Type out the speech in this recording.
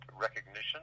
recognition